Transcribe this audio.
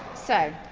so,